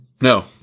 No